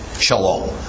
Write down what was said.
shalom